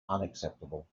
unacceptable